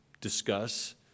discuss